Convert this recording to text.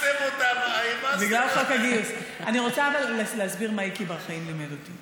אני רוצה להסביר מה איקי בר-חיים לימד אותי.